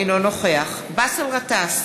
אינו נוכח באסל גטאס,